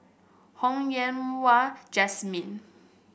Ho Yen Wah Jesmine